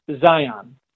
Zion